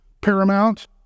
paramount